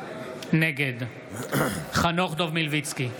נגד חנוך דב מלביצקי,